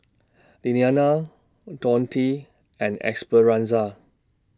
Lillianna Donte and Esperanza